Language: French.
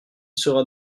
sera